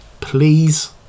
please